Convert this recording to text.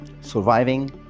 surviving